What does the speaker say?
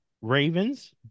Ravens